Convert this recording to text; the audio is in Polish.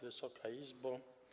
Wysoka Izbo!